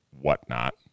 whatnot